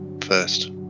first